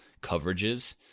coverages